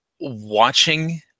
watching